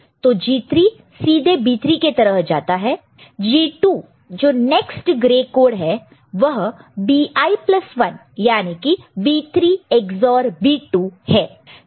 तो G3 सीधे B3 के तरह जाता है G2 जो नेक्स्ट ग्रे कोड है वह B i1 याने की B3 XOR B2 है